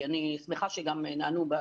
אני שמחה שגם נענו.